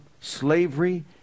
slavery